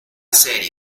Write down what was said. serie